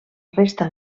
resta